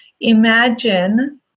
imagine